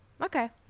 Okay